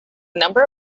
number